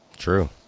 true